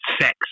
sex